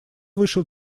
вышел